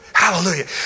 Hallelujah